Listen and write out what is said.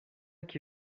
que